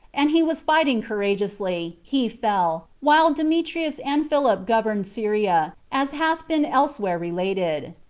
and he was fighting courageously, he fell, while demetrius and philip governed syria, as hath been elsewhere related.